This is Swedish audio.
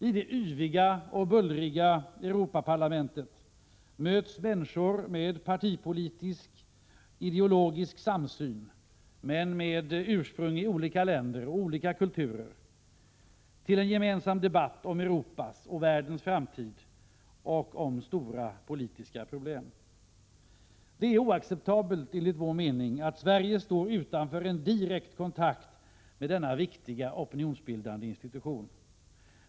I det yviga och bullriga Europaparlamentet möts människor med partipolitisk och ideologisk samsyn men med ursprung i olika länder och kulturer till en gemensam debatt om Europas och världens framtid och om stora politiska problem. Det är oacceptabelt att Sverige står utanför en direkt kontakt med denna viktiga opinionsbildande institution.